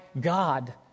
God